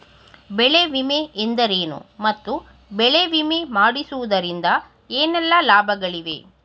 ಬೆಳೆ ವಿಮೆ ಎಂದರೇನು ಮತ್ತು ಬೆಳೆ ವಿಮೆ ಮಾಡಿಸುವುದರಿಂದ ಏನೆಲ್ಲಾ ಲಾಭಗಳಿವೆ?